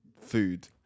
food